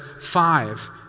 Five